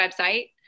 website